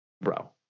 bro